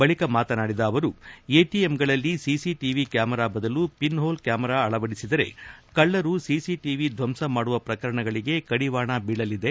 ಬಳಿಕ ಮಾತನಾಡಿದ ಅವರು ಎಟಿಎಂಗಳಲ್ಲಿ ಸಿಸಿ ಟಿವಿ ಕ್ಯಾಮರಾ ಬದಲು ಪಿನ್ ಹೋಲ್ ಕ್ಯಾಮರಾ ಅಳವಡಿಸಿದರೆ ಕಳ್ಳರು ಸಿಸಿಟಿವಿ ಧ್ವಂಸ ಮಾಡುವ ಶ್ರಕರಣಗಳಿಗೆ ಕಡಿವಾಣ ಬೀಳಲಿದೆ